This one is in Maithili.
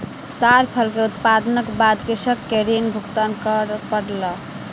ताड़ फल के उत्पादनक बाद कृषक के ऋण भुगतान कर पड़ल